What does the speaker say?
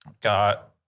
got